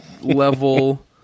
level